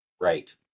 Right